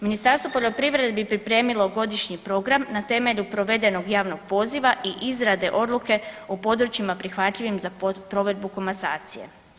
Ministarstvo poljoprivrede bi pripremilo godišnji program na temelju provedenog javnog poziva i izrade odluke o područjima prihvatljivim za provedbu komasacije.